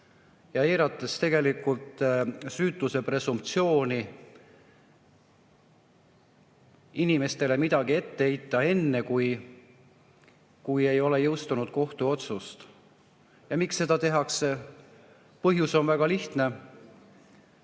eirates tegelikult süütuse presumptsiooni, et inimesele midagi ette ei heideta enne, kui ei ole jõustunud kohtuotsust. Ja miks seda tehakse? Põhjus on väga lihtne.